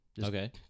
Okay